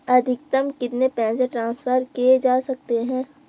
अधिकतम कितने पैसे ट्रांसफर किये जा सकते हैं?